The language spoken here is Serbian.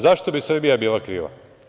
Zašto bi Srbija bila kriva?